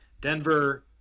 Denver